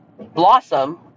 Blossom